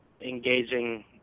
engaging